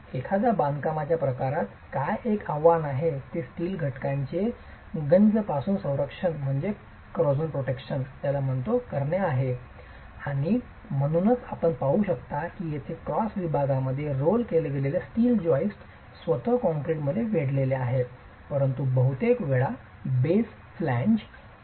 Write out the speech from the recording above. एखाद्या बांधकामाच्या प्रकारात काय एक आव्हान आहे ते स्टील घटकांचे गंजपासून संरक्षण करणे आहे आणि म्हणूनच आपण पाहू शकता की येथे क्रॉस विभागामध्ये रोल केलेले स्टील जॉइस्ट स्वतः कॉंक्रिटमध्ये वेढलेले आहे परंतु बहुतेक वेळा बेस फ्लॅंज एन्सेड नसते